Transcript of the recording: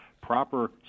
Proper